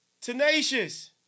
Tenacious